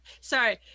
Sorry